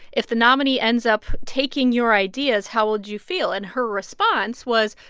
if the nominee ends up taking your ideas, how would you feel? and her response was,